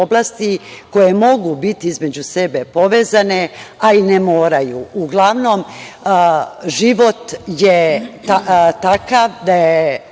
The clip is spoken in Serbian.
koje mogu biti između sebe povezane, a i ne moraju. Uglavnom, život je takav da je